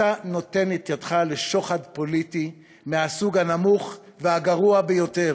אתה נותן את ידך לשוחד פוליטי מהסוג הנמוך והגרוע ביותר.